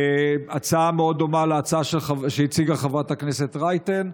זו הצעה מאוד דומה להצעה שהציגה חברת הכנסת רייטן.